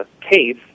case